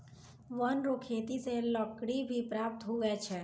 वन रो खेती से लकड़ी भी प्राप्त हुवै छै